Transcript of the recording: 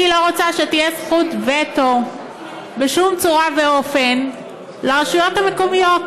אני לא רוצה שתהיה זכות וטו בשום צורה ואופן לרשויות המקומיות.